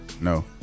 No